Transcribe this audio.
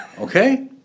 Okay